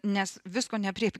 nes visko neaprėp